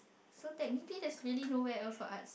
so technically there's really nowhere else for arts